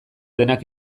denak